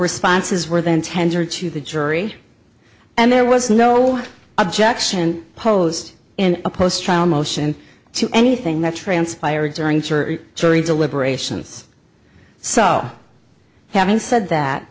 responses were then tendered to the jury and there was no objection posed in a post trial motion to anything that transpired during sure jury deliberations so having said that